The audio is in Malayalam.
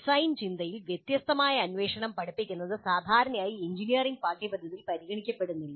ഡിസൈൻ ചിന്തയിൽ വ്യത്യസ്തമായ അന്വേഷണം പഠിപ്പിക്കുന്നത് സാധാരണയായി എഞ്ചിനീയറിംഗ് പാഠ്യപദ്ധതിയിൽ പരിഗണിക്കപ്പെടുന്നില്ല